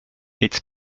its